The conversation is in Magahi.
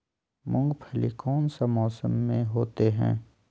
मूंगफली कौन सा मौसम में होते हैं?